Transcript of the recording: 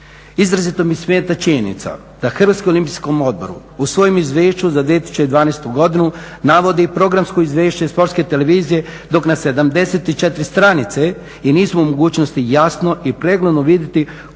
Izrazito mi smeta činjenica da Hrvatski olimpijski odbor u svojem izvješću za 2012. godinu navodi programsko izvješće Sportske televizije dok na 74 stranice, i nismo u mogućnosti jasno i pregledno vidjeti